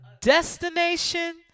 destination